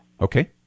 Okay